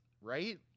right